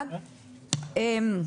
טוב,